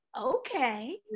okay